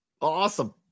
Awesome